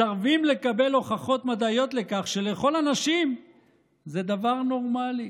מסרבים לקבל הוכחות מדעיות לכך שלאכול אנשים זה דבר נורמלי.